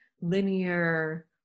linear